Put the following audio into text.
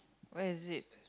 where is it